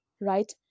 right